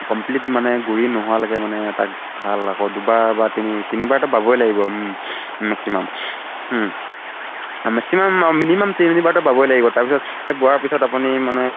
complete মানে গুড়ি নোহোৱালৈকে মানে তাক হাল আকৌ দুবাৰ বা তিনি তিনিবাৰটো বাবই লাগিব মেক্সিমাম মেক্সিমাম মিনিমাম তিনিবাৰটো বাবই লাগিব তাৰপিছত সেই বোৱাৰ পিছত আপুনি মানে